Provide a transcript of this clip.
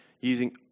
using